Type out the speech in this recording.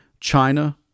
China